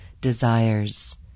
desires